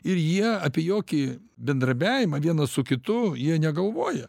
ir jie apie jokį bendrabiavimą vienas su kitu jie negalvoja